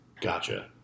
Gotcha